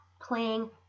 playing